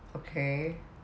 okay